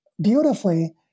beautifully